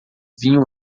vinho